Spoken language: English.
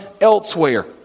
elsewhere